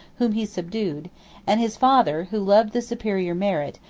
whom he subdued and his father, who loved the superior merit,